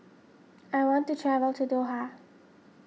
I want to travel to Doha